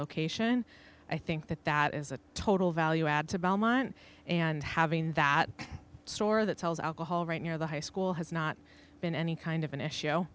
location i think that that is a total value add to belmont and having that store that sells alcohol right near the high school has not been any kind of an issue